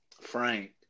Frank